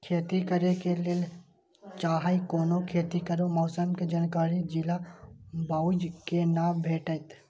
खेती करे के लेल चाहै कोनो खेती करू मौसम के जानकारी जिला वाईज के ना भेटेत?